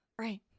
Right